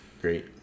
great